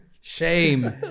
shame